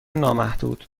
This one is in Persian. نامحدود